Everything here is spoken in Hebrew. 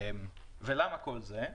למה כל זה.